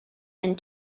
and